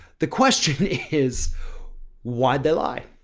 the question is why'd they lie?